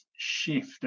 shift